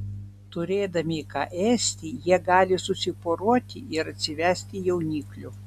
turėdami ką ėsti jie gali susiporuoti ir atsivesti jauniklių